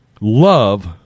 love